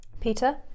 Peter